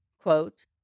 quote